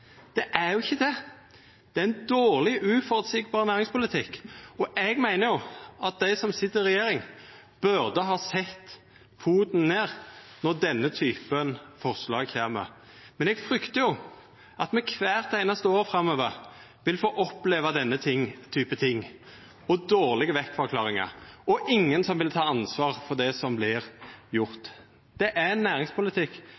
Det er jo ikkje det. Det er ein dårleg og lite føreseieleg næringspolitikk. Eg meiner at dei som sit i regjering, burde ha sett foten ned då denne typen forslag kom. Men eg fryktar at me kvart einaste år framover vil få oppleva denne typen ting, dårlege bortforklaringar, og at ingen vil ta ansvar for det som